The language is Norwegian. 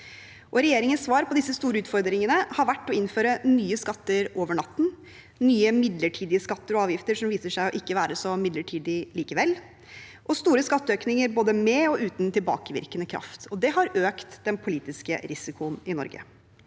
regjeringens svar på disse store utfordringene har vært å innføre nye skatter over natten – nye midlertidige skatter og avgifter som viser seg ikke å være så midlertidige likevel – og store skatteøkninger både med og uten tilbakevirkende kraft. Det har økt den politiske risikoen i Norge.